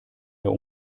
der